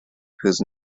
whose